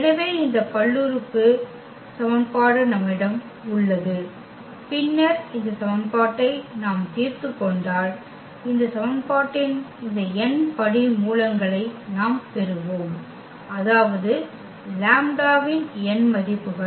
எனவே இந்த பல்லுறுப்புறுப்பு சமன்பாடு நம்மிடம் உள்ளது பின்னர் இந்த சமன்பாட்டை நாம் தீர்த்துக் கொண்டால் இந்த சமன்பாட்டின் இந்த n படிமூலங்களை நாம் பெறுவோம் அதாவது λ′s இன் n மதிப்புகள்